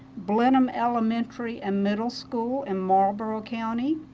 brenham elementary and middle school in marlborough county.